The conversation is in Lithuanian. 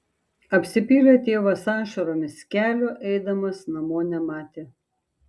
apsipylė tėvas ašaromis kelio eidamas namo nematė